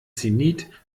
zenit